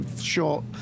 short